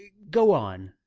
go on.